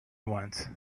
once